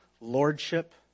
lordship